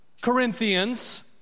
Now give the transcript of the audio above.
Corinthians